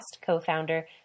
co-founder